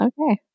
Okay